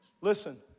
Listen